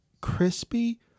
crispy